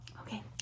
Okay